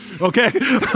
okay